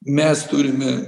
mes turime